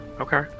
Okay